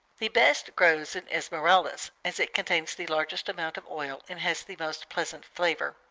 the best grows in esmeraldas, as it contains the largest amount of oil and has the most pleasant flavor.